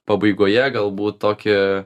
pabaigoje galbūt tokį